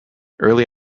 early